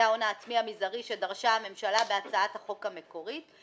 זה ההון העצמי המזערי שדרשה הממשלה בהצעת החוק המקורית.